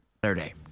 Saturday